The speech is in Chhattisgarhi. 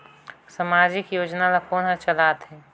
समाजिक योजना ला कोन हर चलाथ हे?